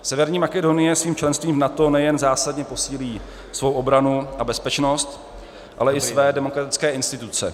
Severní Makedonie svým členstvím v NATO nejen zásadně posílí svou obranu a bezpečnost, ale i své demokratické instituce.